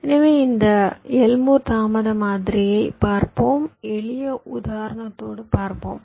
எனவே இந்த எல்மோர் தாமத மாதிரியைப் பார்ப்போம் எளிய உதாரணத்தோடு பார்ப்போம்